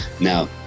now